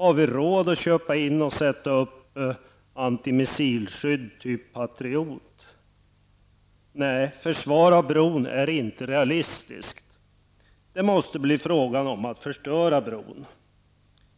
Har vi råd att köpa in och sätta upp antimissilskydd typ Patriot? Nej, försvar av bron är inte realistiskt. Det måste bli fråga om att förstöra bron.